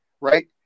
right